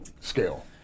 scale